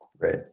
Right